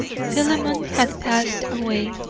philemon had passed away.